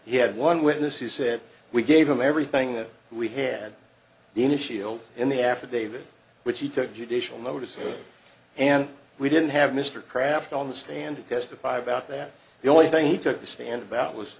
he had one witness who said we gave him everything that we had the initial in the affidavit which he took judicial notice of and we didn't have mr kraft on the stand and testify about that the only thing he took the stand about was